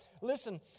Listen